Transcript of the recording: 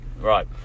Right